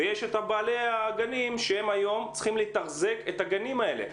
ויש את בעלי הגנים שהם היום צריכים לתחזק את הגנים האלה.